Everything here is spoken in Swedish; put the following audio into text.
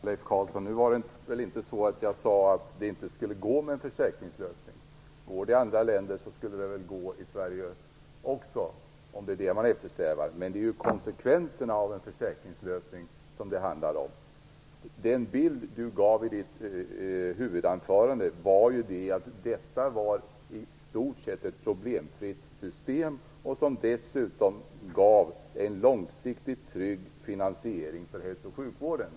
Herr talman! Nu var det inte så att jag sade att det inte skulle fungera med en försäkringslösning, Leif Carlson. Går det i andra länder skulle det väl också gå i Sverige, om det är vad man eftersträvar. Det är konsekvenserna av en försäkringslösning det handlar om. Den bild Leif Carlson gav i sitt huvudanförande var att detta i stort sett var ett problemfritt system som dessutom gav en långsiktigt trygg finansiering för hälso och sjukvården.